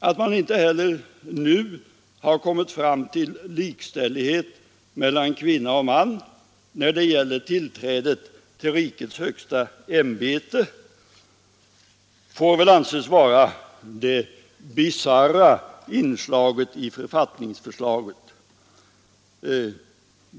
Att man inte heller nu har kommit fram till likställighet mellan kvinna och man när det gäller tillträde till rikets högsta ämbete får väl anses vara det bisarra inslaget i författningsförslaget.